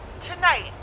tonight